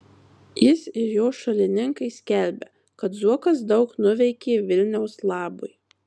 jis ir jo šalininkai skelbia kad zuokas daug nuveikė vilniaus labui